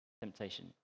temptation